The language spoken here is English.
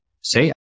say